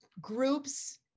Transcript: groups